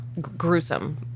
gruesome